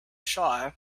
shire